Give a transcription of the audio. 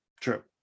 true